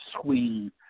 swing